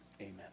Amen